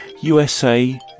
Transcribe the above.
USA